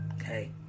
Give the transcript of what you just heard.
Okay